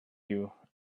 you